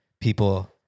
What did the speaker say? people